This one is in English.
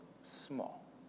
small